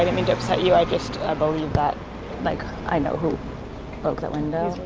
and mean to upset you. i just ah believe that like i know who broke the window.